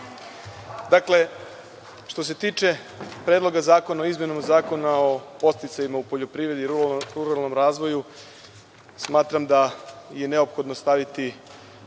Dakle, što se tiče Predloga zakona o izmenama Zakona o podsticajima u poljoprivredi i ruralnom razvoju, smatram da je neophodno staviti